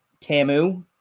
Tamu